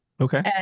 Okay